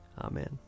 Amen